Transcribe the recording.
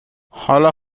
حالا